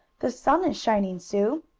the sun is shining, sue!